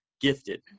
gifted